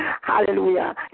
Hallelujah